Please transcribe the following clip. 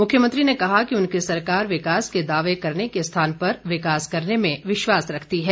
मुख्यमंत्री ने कहा कि उनकी सरकार विकास के दावे करने के स्थान पर विकास करने में विश्वास रखती है